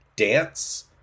dance